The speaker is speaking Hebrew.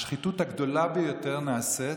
השחיתות הגדולה ביותר נעשית,